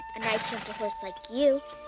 and i've jumped a horse like you.